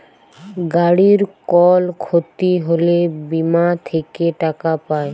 গাড়ির কল ক্ষতি হ্যলে বীমা থেক্যে টাকা পায়